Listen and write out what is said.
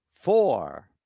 four